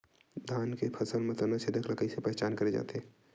धान के फसल म तना छेदक ल कइसे पहचान करे जाथे?